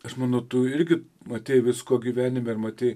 aš manau tu irgi matei visko gyvenime ir matei